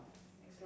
!huh!